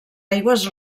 aigües